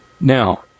Now